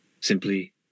Simply